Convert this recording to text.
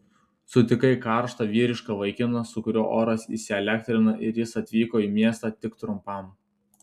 sutikai karštą vyrišką vaikiną su kuriuo oras įsielektrina ir jis atvyko į miestą tik trumpam